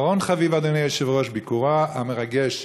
ואחרון חביב, אדוני היושב-ראש, ביקורו המרגש